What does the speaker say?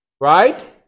Right